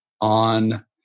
on